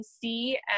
see